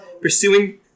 pursuing